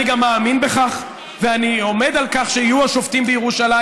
אני גם מאמין בכך ואני עומד על כך שיהיו שופטים בירושלים.